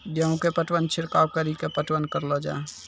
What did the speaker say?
गेहूँ के पटवन छिड़काव कड़ी के पटवन करलो जाय?